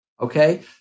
okay